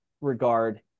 regard